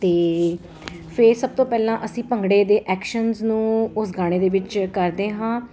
ਅਤੇ ਫੇਰ ਸਭ ਤੋਂ ਪਹਿਲਾਂ ਅਸੀਂ ਭੰਗੜੇ ਦੇ ਐਕਸ਼ਨਸ ਨੂੰ ਉਸ ਗਾਣੇ ਦੇ ਵਿੱਚ ਕਰਦੇ ਹਾਂ